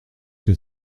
que